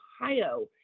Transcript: Ohio